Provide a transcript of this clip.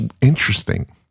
interesting